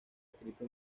escrito